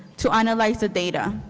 to analyze the data.